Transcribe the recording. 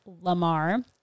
Lamar